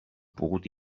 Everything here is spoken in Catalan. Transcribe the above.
pogut